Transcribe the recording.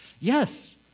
Yes